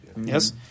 Yes